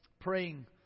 praying